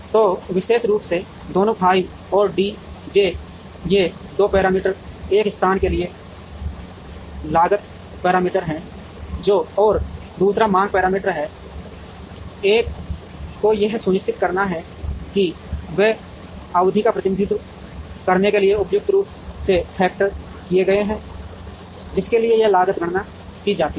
तो विशेष रूप से दोनों फाई और डी जे ये 2 पैरामीटर एक स्थान के लिए लागत पैरामीटर हैं और दूसरा मांग पैरामीटर है एक को यह सुनिश्चित करना है कि वे अवधि का प्रतिनिधित्व करने के लिए उपयुक्त रूप से फैक्टर किए गए हैं जिसके लिए यह लागत गणना की जाती है